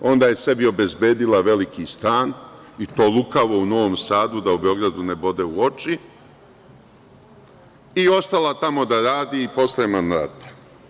Onda je sebi obezbedila veliki stan, i to lukavo, u Novom Sadu, da u Beogradu ne bode oči i ostala tamo da radi i posle mandata.